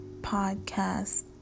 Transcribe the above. podcast